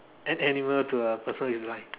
an animal to a person who is blind